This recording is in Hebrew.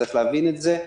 צריך להבין את זה,